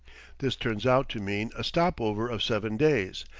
this turns out to mean a stop-over of seven days,